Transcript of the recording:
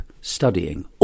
studying